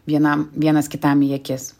vienam vienas kitam į akis